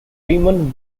ramon